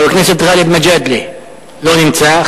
חבר הכנסת גאלב מג'אדלה, לא נמצא.